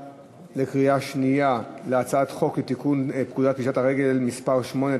בקריאה שנייה על הצעת חוק לתיקון פקודת פשיטת הרגל (מס' 8),